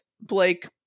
Blake